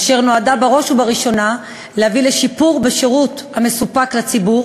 אשר נועדה בראש ובראשונה להביא לשיפור בשירות המסופק לציבור,